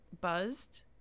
buzzed